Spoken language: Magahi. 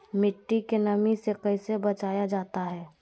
मट्टी के नमी से कैसे बचाया जाता हैं?